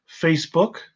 Facebook